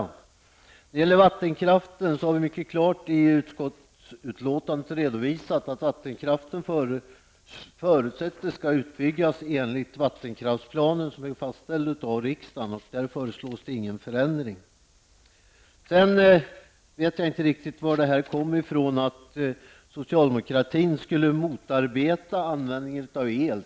När det gäller vattenkraften har vi mycket klart i utskottsbetänkandet redovisat att vattenkraften förutsätts bli utbyggd enligt vattenkraftsplanen som är fastställd av riksdagen. Där föreslås ingen förändring. Jag vet inte riktigt varifrån det kommer att socialdemokratin skulle motarbeta användningen av el.